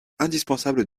indispensable